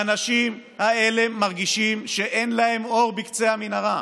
האנשים האלה מרגישים שאין להם אור בקצה המנהרה.